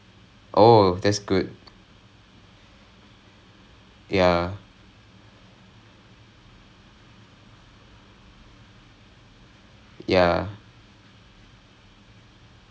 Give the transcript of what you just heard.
they know I struggle and stuff so they helped me and everything so I'm still like getting Bs and stuff my G_P_A is like three point five அங்கே இருக்குன்னு வச்சுக்கோயே:ange irukkunnu vachukoye not too good not too bad it's just like in the middle